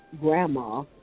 grandma